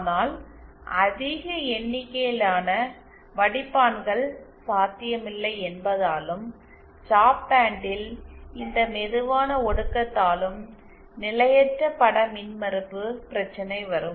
ஆனால் அதிக எண்ணிக்கையிலான வடிப்பான்கள் சாத்தியமில்லை என்பதாலும் ஸ்டாப் பேண்டில் இந்த மெதுவான ஒடுக்கத்தாலும் நிலையற்ற பட மின்மறுப்பு பிரச்சினை வரும்